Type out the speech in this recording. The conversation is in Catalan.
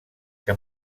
que